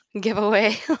giveaway